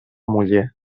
muller